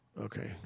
Okay